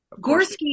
Gorski